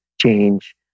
change